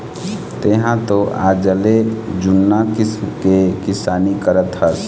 तेंहा तो आजले जुन्ना किसम के किसानी करत हस